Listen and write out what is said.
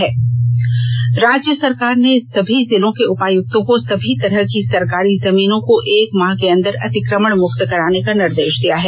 सरकारी जमीन राज्य सरकार ने सभी जिले के उपायुक्तों को सभी तरह की सरकारी जमीनों को एक माह के अंदर अतिक्रमण मुक्त कराने का निर्देष दिया है